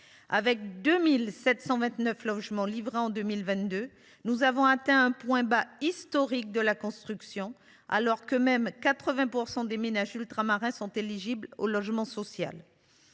Avec 2 729 logements livrés en 2022, nous avons atteint un point bas historique de la construction, alors que 80 % des ménages ultramarins sont éligibles au logement social.